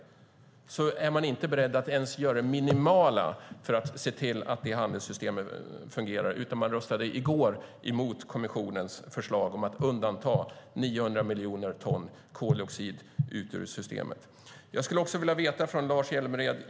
Man är inte ens beredd att göra det minimala för att se till att det handelssystemet fungerar, utan man röstade i går emot kommissionens förslag om att undanta 900 miljoner ton koldioxid ut ur systemet. Jag skulle också vilja veta en sak från Lars Hjälmered.